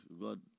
God